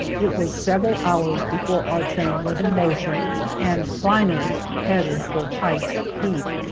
it was several hours before our train was in motion and finally headed for pike's peak.